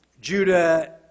Judah